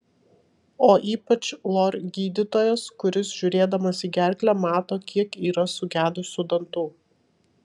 o ypač lor gydytojas kuris žiūrėdamas į gerklę mato kiek yra sugedusių dantų